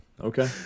okay